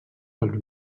pels